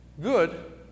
good